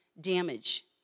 damage